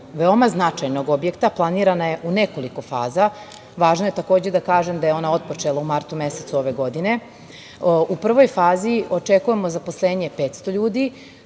veoma značajnog objekta planirana je u nekoliko faza. Važno je takođe da kažem da je ona otpočela u martu mesecu ove godine. U prvoj fazi očekujemo zaposlenje 500 ljudi,